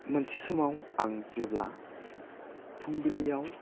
मोनसे समाव आं जेब्ला फुंबिलियाव